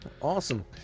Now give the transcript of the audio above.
Awesome